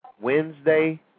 Wednesday